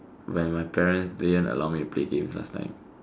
when my parents they didn't allow me to play games last time